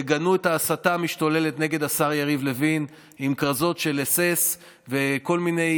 תגנו את ההסתה המשתוללת נגד השר יריב לוין עם כרזות של אס.אס וכל מיני